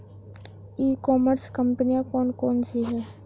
ई commerce कंपनियाँ कौन कौन सी हैं?